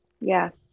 yes